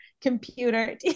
computer